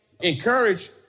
encourage